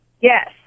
Yes